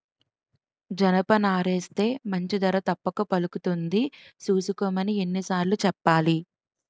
జనపనారేస్తే మంచి ధర తప్పక పలుకుతుంది సూసుకోమని ఎన్ని సార్లు సెప్పాలి?